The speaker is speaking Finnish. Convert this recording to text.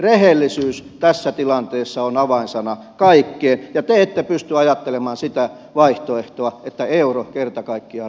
rehellisyys tässä tilanteessa on avainsana kaikkeen ja te ette pysty ajattelemaan sitä vaihtoehtoa että euro kerta kaikkiaan romahtaa